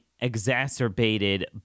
exacerbated